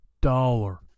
dollar